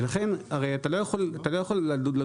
ולכן הרי אתה לא יכול אתה לא יכול לדון